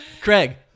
Craig